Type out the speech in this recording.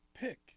pick